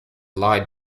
lied